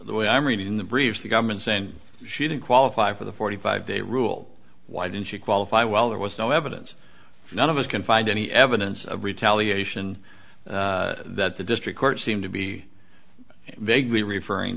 the way i'm reading the briefs the government saying she didn't qualify for the forty five day rule why didn't she qualify while there was no evidence none of us can find any evidence of retaliation that the district court seemed to be vaguely referring